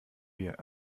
wir